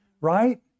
right